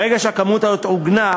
ברגע שהכמות הזאת עוגנה,